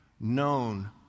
known